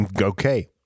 Okay